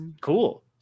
cool